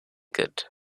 good